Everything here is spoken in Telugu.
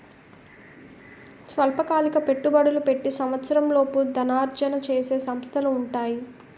స్వల్పకాలిక పెట్టుబడులు పెట్టి సంవత్సరంలోపు ధనార్జన చేసే సంస్థలు ఉంటాయి